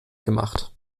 gemacht